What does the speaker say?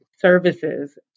services